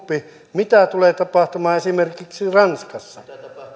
mitä tulee tapahtumaan esimerkiksi ranskassa